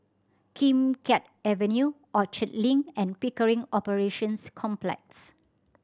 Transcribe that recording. Kim Keat Avenue Orchard Link and Pickering Operations Complex